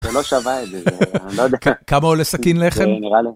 זה לא שווה את זה... אני לא יודע... כמה עולה סכין לחם? נראה לי...